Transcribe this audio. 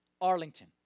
Arlington